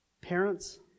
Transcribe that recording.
Parents